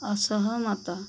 ଅସହମତ